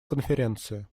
конференции